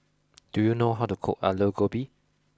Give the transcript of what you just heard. do you know how to cook aloo gobi